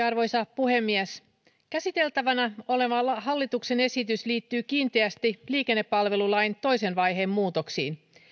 arvoisa puhemies käsiteltävänä oleva hallituksen esitys liittyy kiinteästi liikennepalvelulain toisen vaiheen muutoksiin